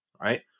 right